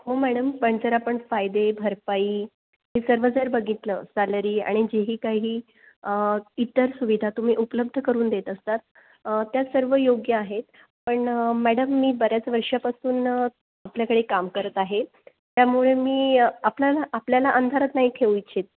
हो मॅडम पण जर आपण फायदे भरपाई हे सर्व जर बघितलं सॅलरी आणि जेही काही इतर सुविधा तुम्ही उपलब्ध करून देत असतात त्या सर्व योग्य आहेत पण मॅडम मी बऱ्याच वर्षापासून आपल्याकडे काम करत आहे त्यामुळे मी आपल्याला आपल्याला अंधारात नाही ठेऊ इच्छित